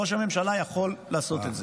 ראש הממשלה יכול לעשות את זה.